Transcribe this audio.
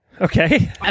Okay